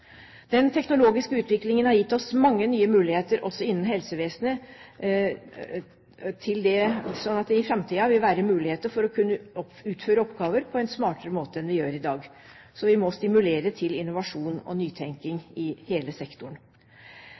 Den teknologiske utviklingen har gitt oss mange nye muligheter. Også innen helsevesenet vil det i framtiden være muligheter for å kunne utføre oppgaver på en smartere måte enn vi gjør i dag. Vi må stimulere til innovasjon og nytenkning i hele sektoren.